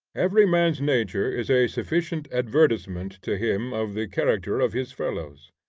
every man's nature is a sufficient advertisement to him of the character of his fellows.